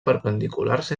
perpendiculars